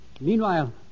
Meanwhile